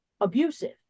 abusive